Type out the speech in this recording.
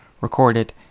recorded